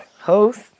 host